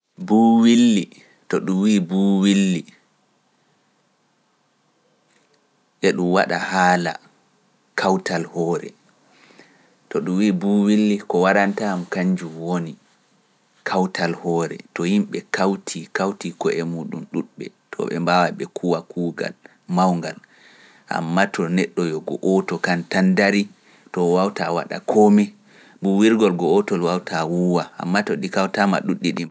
Buuwilli, to ɗum wi’i buuwilli e ɗum waɗa haala kawtal hoore. To ɗum wii buuwilli, ko waranta yam kannjum woni, kawtal hoore, to yimɓe kawtii- kawtii ko'e mum'en ɗuuɗɓe too ɓe mbaaway ɓe kuwa kuugal mawngal. Ammaa to neɗɗo yo go'oto kan tan darii, to o waawtaa o waɗaa koome, buuwirgol go'otol waawtaa wuuwa, ammaa to ɗi kawtaama ɗuuɗɗi ɗi mbu-